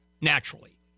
naturally